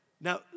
Now